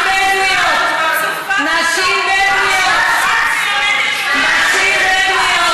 נשים בדואיות, את מלמדת?